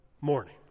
morning